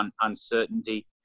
uncertainty